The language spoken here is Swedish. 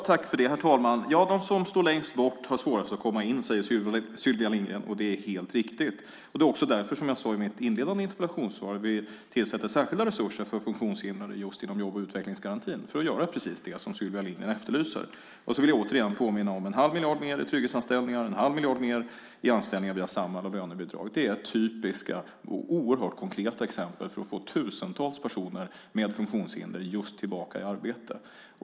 Herr talman! De som står längst bort har svårast att komma in, säger Sylvia Lindgren. Det är helt riktigt. Det är också därför, som jag sade i mitt interpellationssvar, som vi tillsätter särskilda resurser för funktionshindrade inom jobb och utvecklingsgarantin, just för att göra precis det som Sylvia Lindgren efterlyser. Jag vill återigen påminna om 1⁄2 miljard mer i trygghetsanställningar och 1⁄2 miljard mer i anställningar via Samhall och lönebidrag. Det är typiska och oerhört konkreta exempel för att få tusentals personer med funktionshinder tillbaka i arbete.